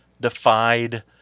defied